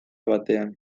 batean